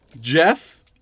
Jeff